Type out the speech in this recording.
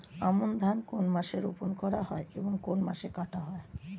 আমন ধান কোন মাসে রোপণ করা হয় এবং কোন মাসে কাটা হয়?